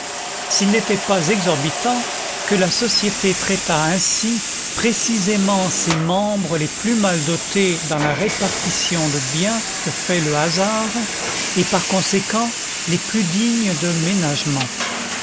s'il n'était pas exorbitant que la société traitât ainsi précisément ses membres les plus mal dotés dans la répartition de biens que fait le hasard et par conséquent les plus dignes de ménagements